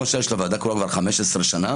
יש לה ועדה קרואה כבר 15 שנה.